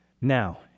Now